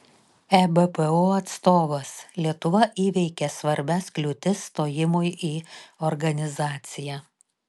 ebpo atstovas lietuva įveikė svarbias kliūtis stojimui į organizaciją